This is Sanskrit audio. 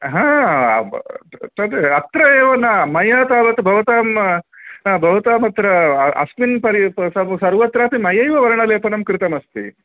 हा तद् अत्र एव न मया तावत् भवतां भवताम् अत्र अस्मिन् परि सर्वत्रापि मयैव वर्णलेपनं कृतमस्ति